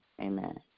Amen